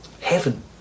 Heaven